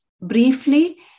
briefly